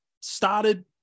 started